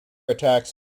attacks